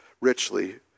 richly